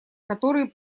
которые